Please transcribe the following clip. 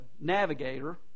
navigator